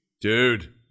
Dude